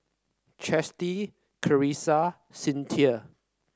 Chasity Clarissa Cyntha